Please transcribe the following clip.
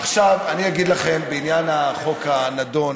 עכשיו אני אגיד לכם בעניין החוק הנדון.